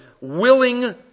willing